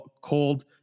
cold